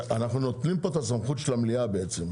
אנחנו נותנים פה את הסמכות של המליאה בעצם.